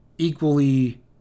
equally